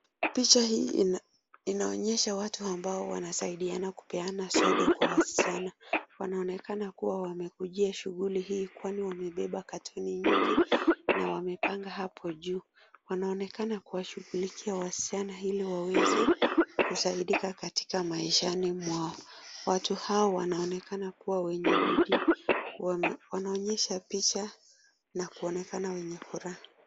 Watu amabao wanasaidiana kupeana sodo kwa wasichana. Wanaonekana kuwa wamekujia shughuli hii kwani wamebeba cartoon nyingi na wamepanga hapo juu. Wanaonekana kuwashughulikia wasichana ili waweze kusaidika katika maishani mwao. Watu hawa wanaoonekana kuwa wenye bidii na wanaonyesha picha na kuonekana wenye furaha.